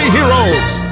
Heroes